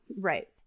right